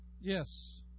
Yes